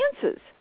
chances